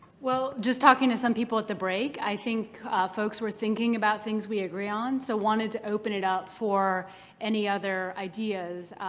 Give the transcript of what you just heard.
well, just talking to some people at the break i think folks were thinking about things we agree on. so i wanted to open it up for any other ideas,